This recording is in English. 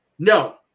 No